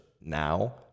now